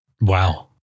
Wow